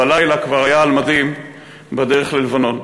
בלילה כבר היה על מדים בדרך ללבנון.